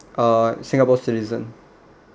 uh singapore citizen